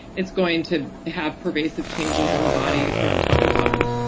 it's going to have pervasive changes on the body from top to bottom,